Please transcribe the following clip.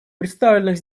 представленных